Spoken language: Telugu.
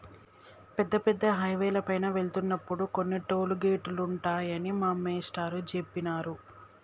పెద్ద పెద్ద హైవేల పైన వెళ్తున్నప్పుడు కొన్ని టోలు గేటులుంటాయని మా మేష్టారు జెప్పినారు